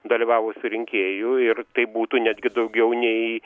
dalyvavusių rinkėjų ir tai būtų netgi daugiau nei